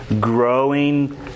growing